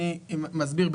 אני מסביר,